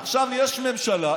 עכשיו יש ממשלה,